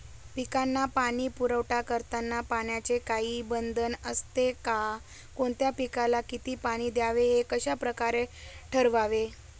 पिकांना पाणी पुरवठा करताना पाण्याचे काही बंधन असते का? कोणत्या पिकाला किती पाणी द्यावे ते कशाप्रकारे ठरवावे?